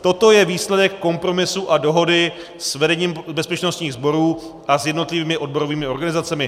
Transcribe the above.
Toto je výsledek kompromisu a dohody s vedením bezpečnostních sborů a s jednotlivými odborovými organizacemi.